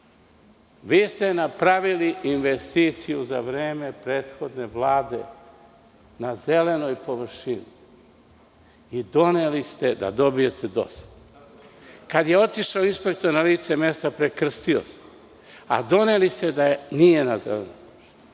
Vi ste napravili investiciju za vreme prethodne Vlade na zelenoj površini i doneli ste da dobijete dozvolu. Kada je otišao inspektor na lice mesta, prekrstio se, a doneli ste da nije na zelenoj površini.